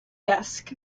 desk